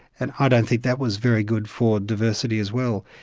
and i don't think that was very good for diversity as well.